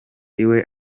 iwe